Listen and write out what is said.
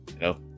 No